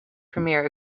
premier